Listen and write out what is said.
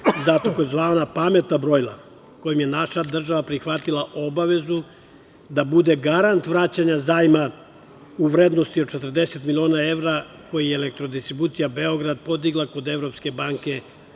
za tzv. pametna brojila, kojim je naša država prihvatila obavezu da bude garant vraćanja zajma u vrednosti od 40 miliona evra, koji je Elektrodistribucija Beograd podigla kod Evropske banke za